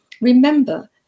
remember